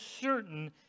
certain